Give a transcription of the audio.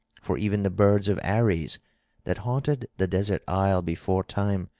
for even the birds of ares that haunted the desert isle beforetime,